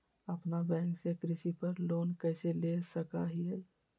अपना बैंक से कृषि पर लोन कैसे ले सकअ हियई?